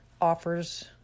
offers